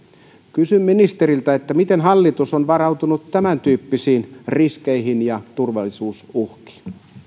kysyn ministeriltä miten hallitus on varautunut tämäntyyppisiin riskeihin ja turvallisuusuhkiin